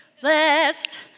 blessed